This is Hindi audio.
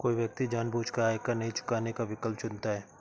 कोई व्यक्ति जानबूझकर आयकर नहीं चुकाने का विकल्प चुनता है